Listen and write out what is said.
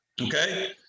okay